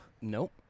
Nope